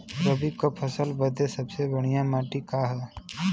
रबी क फसल बदे सबसे बढ़िया माटी का ह?